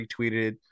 retweeted